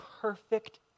perfect